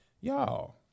Y'all